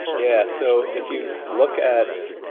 yeah. so if you look at,